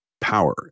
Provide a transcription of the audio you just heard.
power